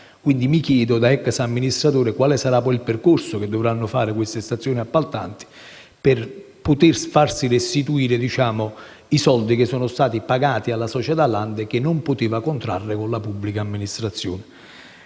appaltanti. Da *ex* amministratore mi chiedo quale sarà il percorso che dovranno fare le stazioni appaltanti per farsi restituire i soldi che sono stati pagati alla società Lande, che non poteva contrarre con la pubblica amministrazione.